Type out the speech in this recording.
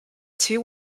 two